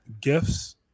gifts